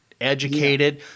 educated